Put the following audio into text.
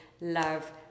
love